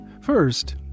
First